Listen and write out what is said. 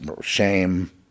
shame